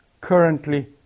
Currently